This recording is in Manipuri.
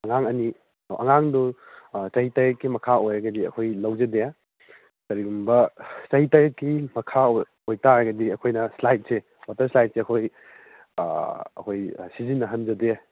ꯑꯉꯥꯡ ꯑꯅꯤ ꯑꯣ ꯑꯉꯥꯡꯗ ꯆꯍꯤ ꯇꯔꯦꯠꯀꯤ ꯃꯈꯥ ꯑꯣꯏꯔꯒꯗꯤ ꯑꯩꯈꯣꯏ ꯂꯧꯖꯗꯦ ꯀꯔꯤꯒꯨꯝꯕ ꯆꯍꯤ ꯇꯔꯦꯠꯀꯤ ꯃꯈꯥ ꯑꯣꯏꯇꯔꯒꯗꯤ ꯑꯩꯈꯣꯏꯅ ꯁ꯭ꯂꯥꯏꯗꯁꯦ ꯋꯥꯇꯔ ꯁ꯭ꯂꯥꯏꯗꯁꯦ ꯑꯩꯈꯣꯏ ꯑꯩꯈꯣꯏ ꯁꯤꯖꯤꯟꯅꯍꯟꯖꯗꯦ